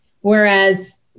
Whereas